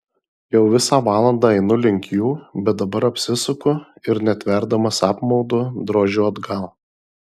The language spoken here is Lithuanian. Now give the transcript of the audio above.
jau visą valandą einu link jų bet dabar apsisuku ir netverdamas apmaudu drožiu atgal